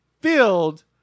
filled